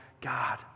God